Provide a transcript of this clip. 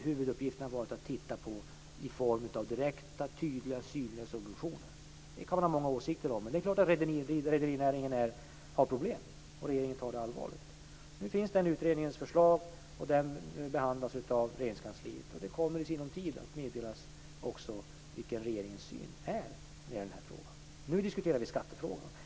Huvuduppgiften har varit att se på direkta, synliga och tydliga subventioner. Man kan ha många åsikter om detta, men det är klart att rederinäringen har problem som regeringen ser allvarligt på. Nu finns utredningens förslag, och det behandlas av Regeringskansliet. I sinom tid kommer det att meddelas vad regeringens uppfattning är i den här frågan. Nu diskuterar vi skattefrågan.